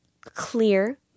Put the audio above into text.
clear